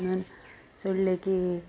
ಸೊಳ್ಳೆಗೆ